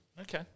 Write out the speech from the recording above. Okay